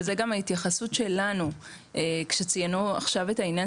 וזו גם ההתייחסות שלנו כשציינו עכשיו את עניין